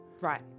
Right